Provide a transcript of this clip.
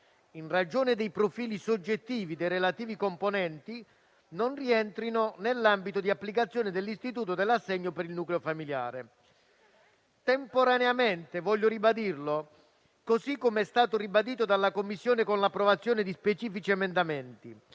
in ragione dei profili soggettivi dei relativi componenti, non rientrino nell'ambito di applicazione dell'istituto dell'assegno per il nucleo familiare. Tale misura interviene temporaneamente - voglio ribadirlo, così come è stato ribadito dalla Commissione con l'approvazione di specifici emendamenti